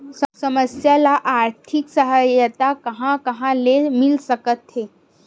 समस्या ल आर्थिक सहायता कहां कहा ले मिल सकथे?